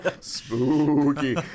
Spooky